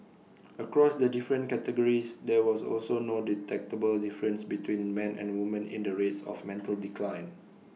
across the different categories there was also no detectable difference between man and woman in the rates of mental decline